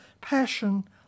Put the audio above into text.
passion